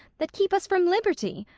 that keep us from liberty.